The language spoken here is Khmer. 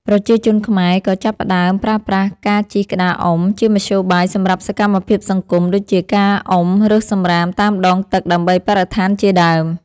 ប្រជាជនខ្មែរក៏ចាប់ផ្តើមប្រើប្រាស់ការជិះក្តារអុំ ជាមធ្យោបាយសម្រាប់សកម្មភាពសង្គម ដូចជាការអុំរើសសំរាមតាមដងទឹកដើម្បីបរិស្ថានជាដើម។